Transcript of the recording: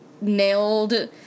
nailed